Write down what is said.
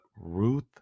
Ruth